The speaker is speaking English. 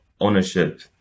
ownership